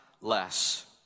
less